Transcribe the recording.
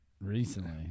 Recently